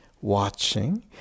watching